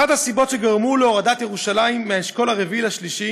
אחת הסיבות שגרמו להורדת ירושלים מהאשכול הרביעי לשלישי